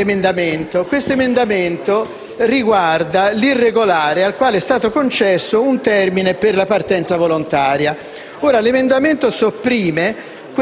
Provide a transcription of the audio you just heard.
L'emendamento 3.22 riguarda l'irregolare al quale sia stato concesso un termine per la partenza volontaria. L'emendamento sopprime